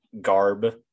garb